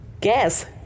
Guess